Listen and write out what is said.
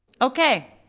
okay,